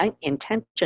intention